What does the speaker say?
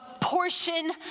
portion